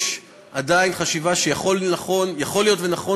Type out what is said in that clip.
עלה שיש עדיין חשיבה שיכול להיות נכון